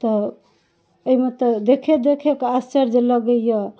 तऽ अइमे तऽ देखे देखे कऽ आश्चर्ज लगैये